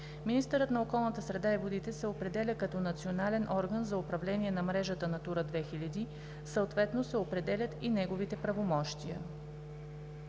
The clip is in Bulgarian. Министърът на околната среда и водите се определя като национален орган за управление на мрежата „Натура 2000“, съответно се определят и неговите правомощия.